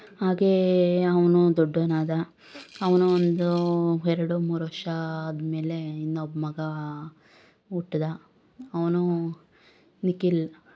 ಹಾಗೆ ಅವನು ದೊಡ್ಡೋನಾದ ಅವನು ಒಂದು ಎರಡು ಮೂರು ವರ್ಷ ಆದಮೇಲೆ ಇನ್ನೊಬ್ಬ ಮಗ ಹುಟ್ದ ಅವನು ನಿಖಿಲ್